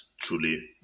truly